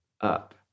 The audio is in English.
up